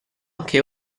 anche